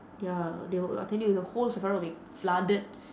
ya they will I tell you the whole sephora will be flooded